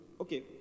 Okay